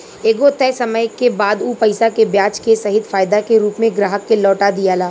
एगो तय समय के बाद उ पईसा के ब्याज के सहित फायदा के रूप में ग्राहक के लौटा दियाला